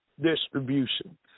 distribution